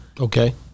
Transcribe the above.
Okay